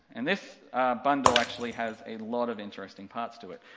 and this bundle actually has a lot of interesting parts to it.